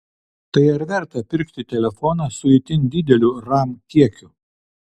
tai ar verta pirkti telefoną su itin dideliu ram kiekiu